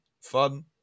fun